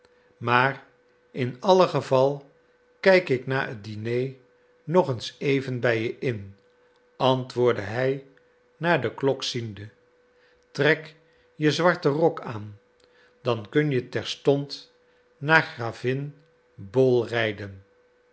maar in allen geval kijk ik na het diner nog eens even bij je in antwoordde hij naar de klok ziende trek je zwarte rok aan dan kun je terstond naar gravin bohl rijden